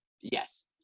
Yes